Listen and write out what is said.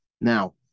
Now